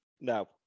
No